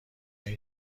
این